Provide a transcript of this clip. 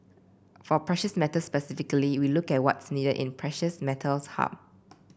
for precious metals specifically we look at what's needed in precious metals hub